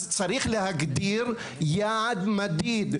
אז צריך להגדיר יעד מדיד,